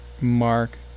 Mark